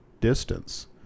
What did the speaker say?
distance